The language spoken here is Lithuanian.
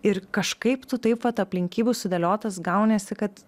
ir kažkaip tu taip vat aplinkybių sudėliotas gauniesi kad